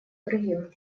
другим